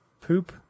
poop